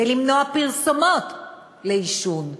כדי למנוע פרסומות לעישון,